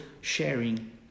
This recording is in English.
sharing